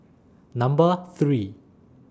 Number three